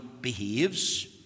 behaves